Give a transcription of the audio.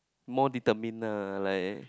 more determine lah like